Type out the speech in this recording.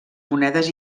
monedes